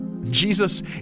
Jesus